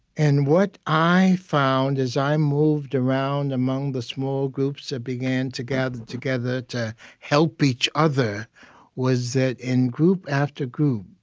and what i found as i moved around among the small groups that began to gather together to help each other was that, in group after group,